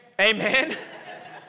Amen